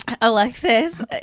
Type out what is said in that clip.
Alexis